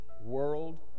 world